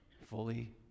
fully